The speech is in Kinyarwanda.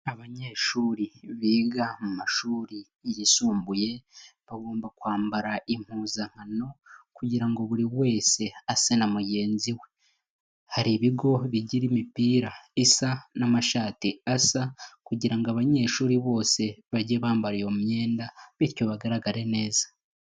Abanyeshuri biga mu mashuri yisumbuye bagomba kwambara impuzankano kugira ngo buri wese ase na mugenzi we, hari ibigo bigira imipira isa n'amashati asa kugirango abanyeshuri bose bajye bambara iyo myenda bityo bagaragare neza.